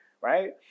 right